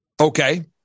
okay